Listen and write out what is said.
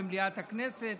במליאת הכנסת,